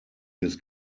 des